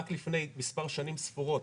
רק לפני שנים ספורות,